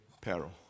peril